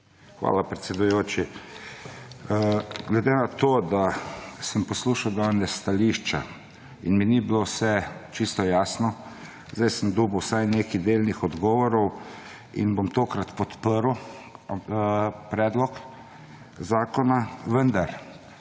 Hvala, predsedujoči. Glede na to, da sem poslušal danes stališča in mi ni bilo vse čisto jasno, zdaj sem dobil vsaj nekaj delnih odgovorov in bom tokrat podprl predlog zakona. Vendar